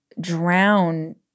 drown